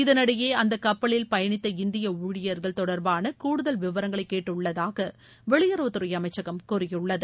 இதனிடையே அந்த கப்பலில் பயணித்த இந்திய ஊழியர்கள் தொடர்பான கூடுதல் விவரங்களை கேட்டுள்ளதாக வெளியுறவுத்துறை அமைச்சகம் கூறியுள்ளது